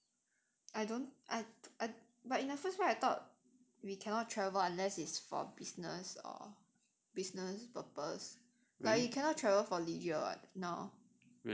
I don't I err but in the first right I thought we cannot travel unless it's for business or business purpose like you cannot travel for leisure [what] now